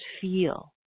feel